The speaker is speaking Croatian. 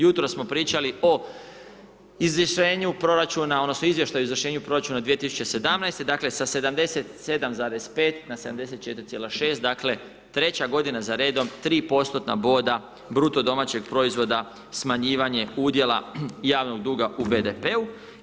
Jutros smo pričali o izvršenju proračuna odnosno izvještaju izvršenja proračuna 2017., dakle, sa 77,5 na 74,6, dakle, treća godina za redom 3 postotna boda bruto domaćeg proizvoda smanjivanje udjela javnog duga u BDP-u.